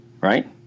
right